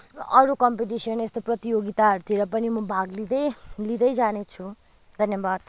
अरू कम्पिटिसन यस्तो प्रतियोगिताहरूतिर पनि म भाग लिँदै लिँदै जाने छु धन्यवाद